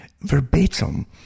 verbatim